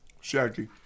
Shaggy